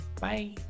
Bye